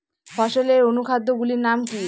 ফসলের অনুখাদ্য গুলির নাম কি?